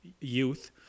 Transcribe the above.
youth